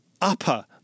upper